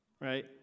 right